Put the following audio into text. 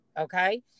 okay